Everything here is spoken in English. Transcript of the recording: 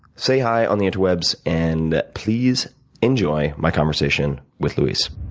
say hi on the interwebs, and please enjoy my conversation with luis.